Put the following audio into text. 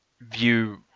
view